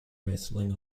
wrestling